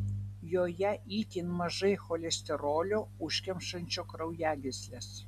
joje itin mažai cholesterolio užkemšančio kraujagysles